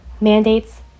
mandates